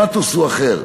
הפתוס הוא אחר,